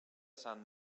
sant